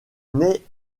naît